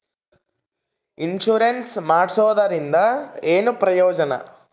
Insurance ಮಾಡ್ಸೋದರಿಂದ ಏನು ಪ್ರಯೋಜನ?